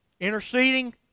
interceding